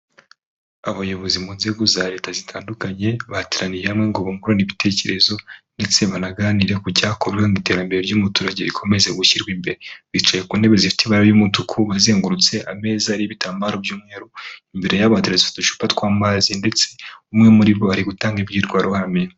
Abayobozi mu nzego za leta zitandukanye bahateraniye hamwe ngo bungurane ibitekerezo ndetse banaganire ku cyakorwa mu iterambere ry'umuturage rikomeze gushyirwa imbere, bicaye ku ntebe zifite ibara ry'umutuku bazengurutse ameza ariho ibitambaro by'umweru, imbere yabo hateretse udushupa tw'amazi ndetse umwe muri bo ari gutanga imbwirwaruhame.